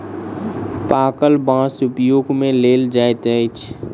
पाकल बाँस उपयोग मे लेल जाइत अछि